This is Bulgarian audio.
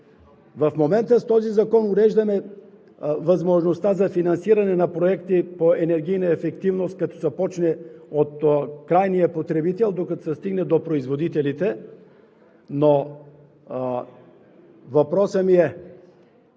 в момента с този закон уреждаме възможността за финансиране на проекти по енергийна ефективност, като се започне от крайния потребител, докато се стигне до производителите, какво направихме